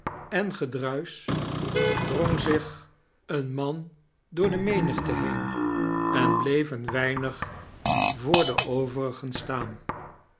en gedruisch drong zich een man door de menigte heen en bleef een weinig voor de overigen staan